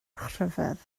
rhyfedd